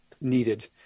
needed